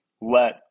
let